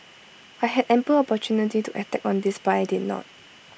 I had ample opportunity to attack on this but I did not